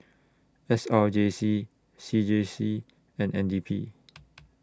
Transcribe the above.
S R J C C J C and N D P